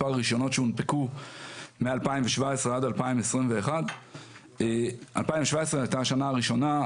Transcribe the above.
מספר הרישיונות שהונפקו מ-2017 עד 2021. 2017 הייתה השנה הראשונה.